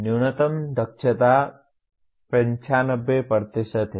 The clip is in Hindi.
न्यूनतम दक्षता 95 है